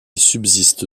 subsiste